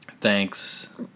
Thanks